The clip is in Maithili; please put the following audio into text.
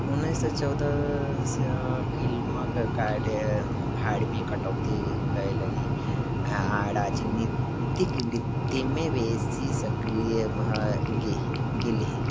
उनैस सओ चौदहसँ फिलिमके कार्यभारमे कटौती कएलनि आओर राजनीतिक वृत्तिमे बेसी सक्रिय भऽ गेही गेलीह